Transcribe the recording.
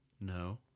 No